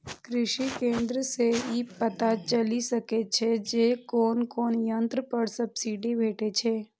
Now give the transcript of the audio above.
कृषि केंद्र सं ई पता चलि सकै छै जे कोन कोन यंत्र पर सब्सिडी भेटै छै